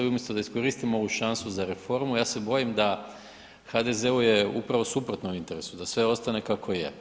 I umjesto da iskoristimo ovu šansu za reformu ja se bojim da HDZ-u je upravo suprotno u interesu, da sve ostane kako je.